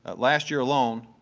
ah last year alone,